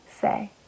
say